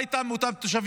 מה איתם, עם אותם תושבים?